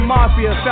Mafia